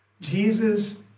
Jesus